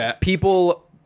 people